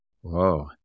Whoa